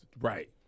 right